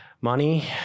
Money